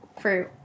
Fruit